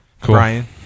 Brian